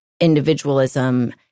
individualism